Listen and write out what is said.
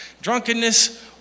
drunkenness